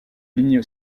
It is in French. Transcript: ligne